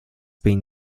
been